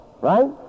right